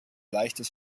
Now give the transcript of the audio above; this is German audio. leichtes